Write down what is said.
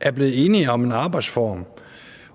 er blevet enige om en arbejdsform,